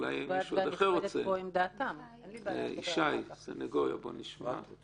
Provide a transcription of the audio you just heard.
אני מביאה את הדוגמה הזאת בזהירות